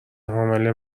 حامله